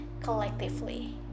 collectively